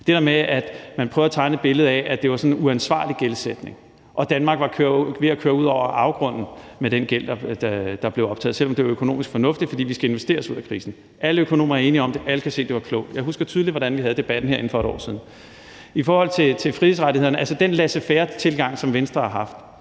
det der med, at man prøver at tegne et billede af, at det var sådan en uansvarlig gældsætning, og at Danmark var ved at køre ud over afgrunden med den gæld, der blev optaget, selv om det var økonomisk fornuftigt, fordi vi skal investere os ud af krisen. Alle økonomer er enige om det, alle kan se, det var klogt. Jeg husker tydeligt, hvordan vi havde debatten herinde for et år siden. I forhold til frihedsrettighederne: Den laissez faire-tilgang, som Venstre har haft,